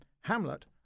Hamlet